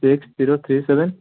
six zero three seven